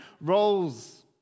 roles